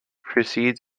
precedes